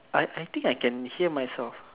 I I think I can hear myself